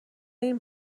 این